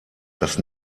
dass